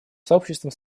сообществом